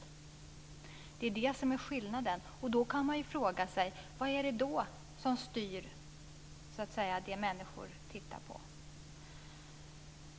Det är det som skillnaden. Man kan fråga sig: Vad är det då som styr det människor tittar på?